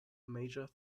major